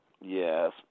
Yes